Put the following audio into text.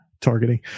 Targeting